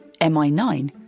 MI9